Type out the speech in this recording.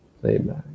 playback